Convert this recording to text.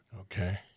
okay